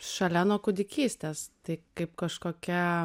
šalia nuo kūdikystės tai kaip kažkokia